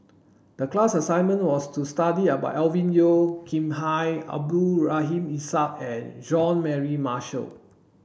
the class assignment was to study about Alvin Yeo Khirn Hai Abdul Rahim Ishak and John Mary Marshall